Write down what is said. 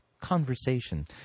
conversation